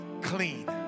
clean